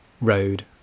road